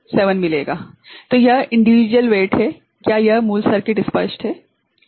तो यह individual weight हैं क्या यह मूल सर्किट स्पष्ट है ठीक है